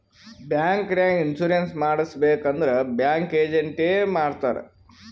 bank ನಾಗ್ insurance ಮಾಡಬೇಕ್ ಅಂದುರ್ ಬ್ಯಾಂಕ್ ಏಜೆಂಟ್ ಎ ಮಾಡ್ತಾರ್